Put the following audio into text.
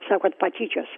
sakot patyčios